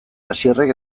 asierrek